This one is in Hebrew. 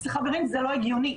חברים, זה לא הגיוני.